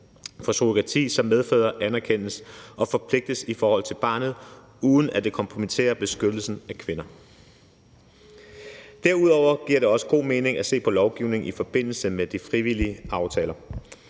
for surrogati, så medfædre anerkendes og forpligtes i forhold til barnet, uden at det kompromitterer beskyttelsen af kvinder. Derudover giver det også god mening at se på lovgivning i forbindelse med de frivillige aftaler.